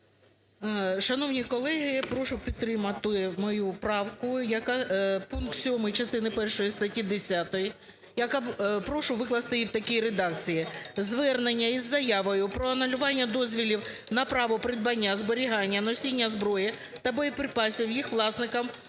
Шановні колеги, прошу підтримати мою правку, яка пункт 7 частини першої статті 10, яка... прошу викласти її в такій редакції. Звернення із заявою про анулювання дозволів на право придбання, зберігання, носіння зброї та боєприпасів їх власникам,